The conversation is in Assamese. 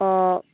অঁ